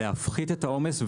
להפחית את העומס.